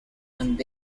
and